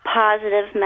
positive